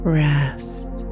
rest